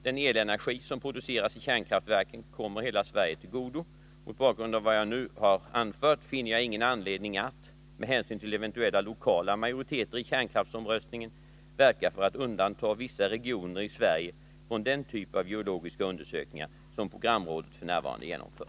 Den elenergi som produceras i kärnkraftverken kommer hela Sverige till godo. Mot bakgrund av vad jag nu har anfört finner jag ingen anledning att, med hänsyn till eventuella lokala majoriteter i kärnkraftsomröstningen, verka för att undanta vissa regioner i Sverige från den typ av geologiska undersökningar som programrådet f. n. genomför.